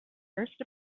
first